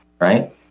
right